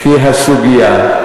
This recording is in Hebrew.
כי הסוגיה,